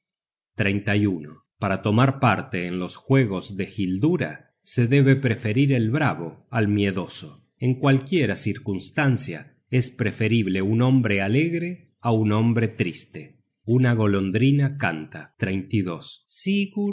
roñosa para tomar parte en los juegos de hildura se debe preferir el bravo al miedoso en cualquiera circunstancia es preferible un hombre alegre á un hombre triste una golondrina catlta sigurd manchado de